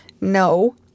No